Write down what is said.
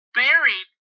buried